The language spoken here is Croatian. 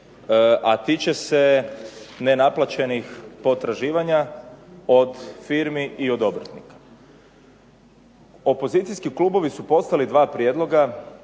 a tiče se nenaplaćenih potraživanja od firmi i od obrtnika. Opozicijski klubovi su poslali dva prijedloga,